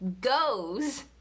goes